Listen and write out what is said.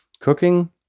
Cooking